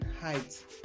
height